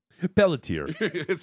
Pelletier